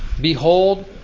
Behold